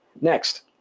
Next